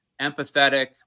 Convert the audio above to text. empathetic